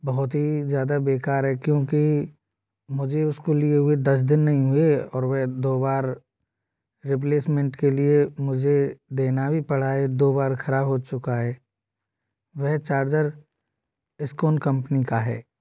बहुत ही ज्यादा बेकार है क्योंकि मुझे उसको लिए हुए दस दिन नहीं हुए और वह दो बार रिप्लेसमेंट के लिए मुझे देना भी पड़ा है दो बार खराब हो चुका है वह चार्जर इस्कोन कम्पनी का है